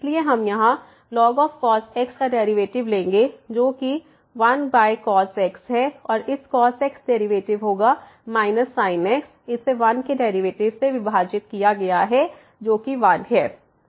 इसलिए हम यहाँ ln cos x का डेरिवेटिव लेंगे जो कि 1cos x है और इस cos x डेरिवेटिव होगा sin x इसे 1 के डेरिवेटिव से विभाजित किया गया है जो कि 1 है